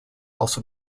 also